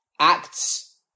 acts